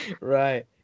Right